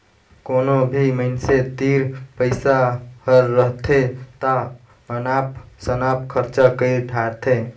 कोनो भी मइनसे तीर पइसा हर रहथे ता अनाप सनाप खरचा कइर धारथें